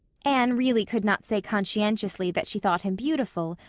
anne really could not say conscientiously that she thought him beautiful,